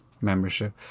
membership